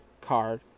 card